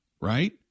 right